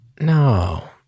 No